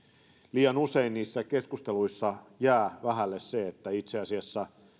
liian usein niissä keskusteluissa jää vähälle se että itse asiassa